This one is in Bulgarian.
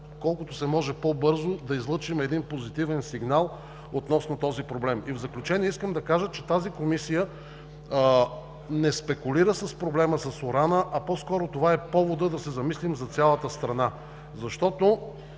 колкото се може по-бързо да излъчим позитивен сигнал относно проблема. В заключение искам да кажа, че тази Комисия не спекулира с проблема с урана, а по-скоро това е поводът да се замислим за цялата страна. Трябва